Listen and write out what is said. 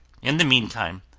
in the meantime,